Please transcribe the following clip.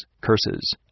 curses